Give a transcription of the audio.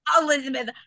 Elizabeth